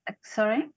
sorry